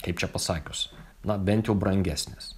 kaip čia pasakius na bent jau brangesnės